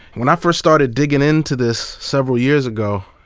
when i first started digging into this several years ago,